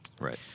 Right